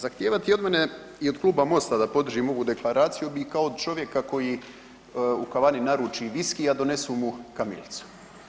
Zahtijevati od mene i od kluba Mosta da podržimo ovu deklaraciju bi kao čovjeka koji u kavani naruči viski, a donesu mu kamilicu.